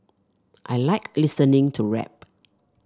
I like listening to rap